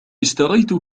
اشتريت